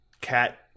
cat